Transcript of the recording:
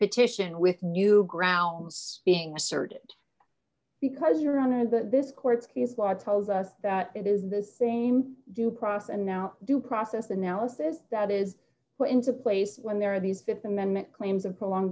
petition with new grounds being asserted because your honor but this court case law tells us that it is the same due process and now due process analysis that is put into place when there are these th amendment claims of prolong